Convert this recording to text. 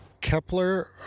Kepler